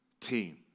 team